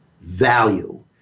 value